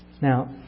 Now